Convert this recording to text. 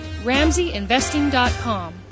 RamseyInvesting.com